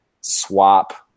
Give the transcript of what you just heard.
swap